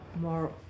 more